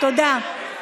תודה.